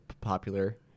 popular